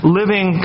living